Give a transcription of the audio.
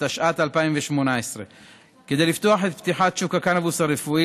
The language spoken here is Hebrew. התשע"ט 2018. כדי לפתוח את שוק הקנבוס הרפואי